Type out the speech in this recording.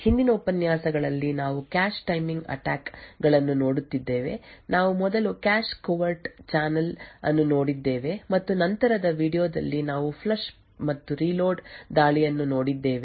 ಹಿಂದಿನ ಉಪನ್ಯಾಸಗಳಲ್ಲಿ ನಾವು ಕ್ಯಾಶ್ ಟೈಮಿಂಗ್ ಅಟ್ಯಾಕ್ ಗಳನ್ನು ನೋಡುತ್ತಿದ್ದೇವೆ ನಾವು ಮೊದಲು ಕ್ಯಾಶ್ ಕವರ್ಟ್ ಚಾನಲ್ ಅನ್ನು ನೋಡಿದ್ದೇವೆ ಮತ್ತು ನಂತರದ ವೀಡಿಯೊ ದಲ್ಲಿ ನಾವು ಫ್ಲಶ್ ರೀಲೋಡ್ ದಾಳಿಯನ್ನು ನೋಡಿದ್ದೇವೆ